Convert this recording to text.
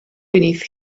beneath